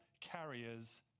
carriers